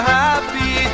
happy